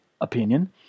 opinion